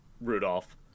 Rudolph